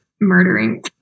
murdering